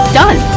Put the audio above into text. done